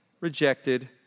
rejected